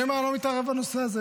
אני אומר, אני לא מתערב בנושא הזה.